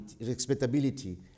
respectability